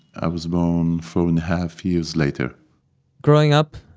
i was born four-and-a-half years later growing up,